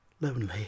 lonely